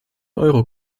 euro